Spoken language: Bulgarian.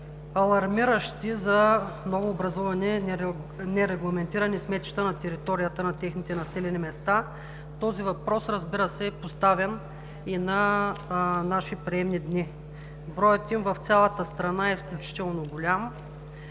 алармиращи за новообразувани нерегламентирани сметища на територията на техните населени места. Този въпрос, разбира се, е поставян в наши приемни дни. Броят им в цялата страна е изключително голям.